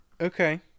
okay